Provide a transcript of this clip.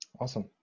awesome